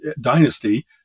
Dynasty